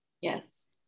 Yes